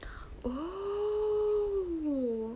oh !woo! oh